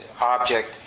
object